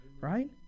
right